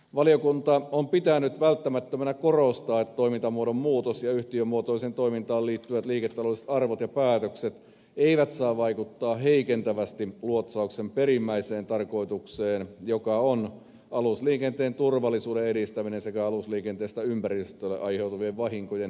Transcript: valiokunta on pitänyt välttämättömänä korostaa että toimintamuodon muutos ja yhtiömuotoiseen toimintaan liittyvät liiketaloudelliset arvot ja päätökset eivät saa vaikuttaa heikentävästi luotsauksen perimmäiseen tarkoitukseen joka on alusliikenteen turvallisuuden edistäminen sekä alusliikenteestä ympäristölle aiheutuvien vahinkojen ehkäiseminen